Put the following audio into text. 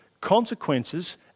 consequences